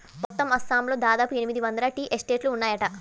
మొత్తం అస్సాంలో దాదాపు ఎనిమిది వందల టీ ఎస్టేట్లు ఉన్నాయట